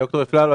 ד"ר אפללו,